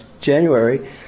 January